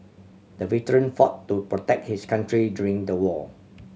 the veteran fought to protect his country during the war